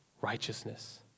righteousness